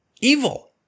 evil